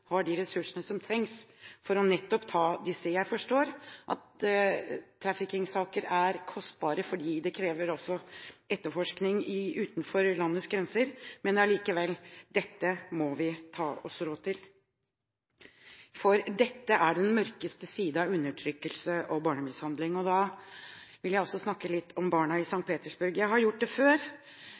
har de ressursene som trengs for nettopp å ta disse. Jeg forstår at traffickingsaker er kostbare, fordi det også krever etterforskning utenfor landets grenser. Men allikevel, dette må vi ta oss råd til, for dette er den mørkeste side av undertrykkelse og barnemishandling. Da vil jeg også snakke litt om barna i St. Petersburg – jeg har gjort det før.